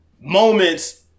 moments